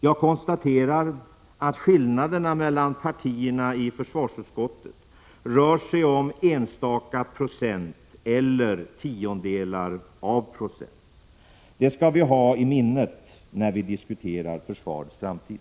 Jag konstaterar att skillnaderna mellan partierna i försvarsutskottet rör sig om enstaka procent eller tiondelar av procent. Det skall vi hålla i minnet när vi diskuterar försvarets framtid.